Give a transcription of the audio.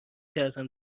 ترسم